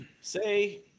Say